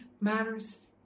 matters